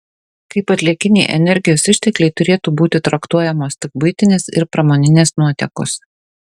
kaip atliekiniai energijos ištekliai turėtų būti traktuojamos tik buitinės ir pramoninės nuotėkos